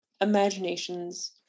imaginations